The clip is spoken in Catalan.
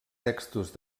textos